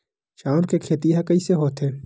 चांउर के खेती ह कइसे होथे?